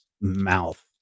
mouth